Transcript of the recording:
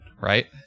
right